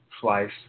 Slice